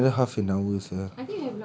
!huh! still got another half an hour sia